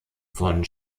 von